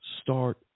start